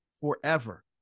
forever